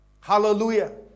hallelujah